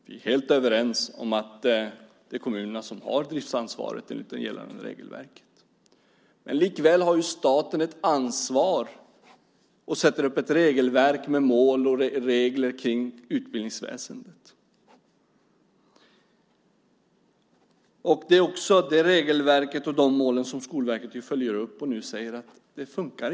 Vi är helt överens om att det är kommunerna som har driftsansvaret enligt det gällande regelverket. Men likväl har ju staten ett ansvar och sätter upp ett regelverk med mål och regler för utbildningsväsendet. Det är också det regelverket och de målen som Skolverket följer upp, och nu säger man att det inte funkar.